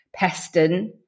Peston